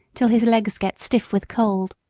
till his legs get stiff with cold.